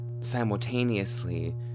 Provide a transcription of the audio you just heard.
simultaneously